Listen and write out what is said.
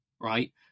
right